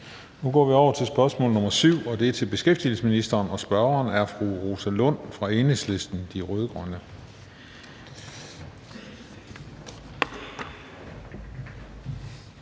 Nu går vi over til spørgsmål nr. 7 på dagsordenen, og det er til beskæftigelsesministeren, og spørgeren er fru Rosa Lund fra Enhedslisten – De Rød-Grønne.